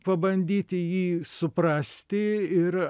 pabandyti jį suprasti ir